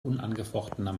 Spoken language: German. unangefochtener